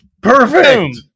Perfect